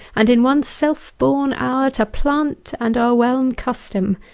and in one self-born hour to plant and o'erwhelm custom.